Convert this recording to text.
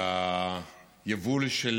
ביבול של